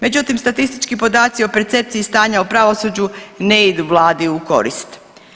Međutim, statistički podaci o percepciji stanja u pravosuđu ne idu Vladi u korist.